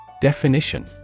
Definition